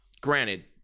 granted